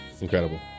incredible